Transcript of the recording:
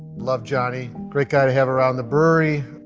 love jonny, great guy to have around the brewery.